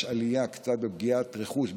יש קצת עלייה בפגיעה ברכוש,